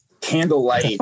candlelight